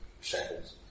shackles